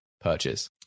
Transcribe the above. purchase